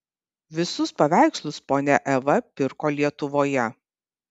visus paveikslus ponia eva pirko lietuvoje